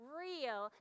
real